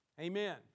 Amen